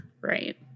Right